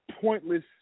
pointless